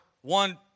one